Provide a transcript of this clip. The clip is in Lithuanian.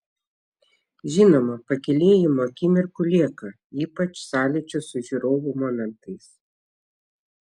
žinoma pakylėjimo akimirkų lieka ypač sąlyčio su žiūrovu momentais